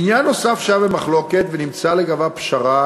עניין נוסף שהיה במחלוקת ונמצאה לגביו פשרה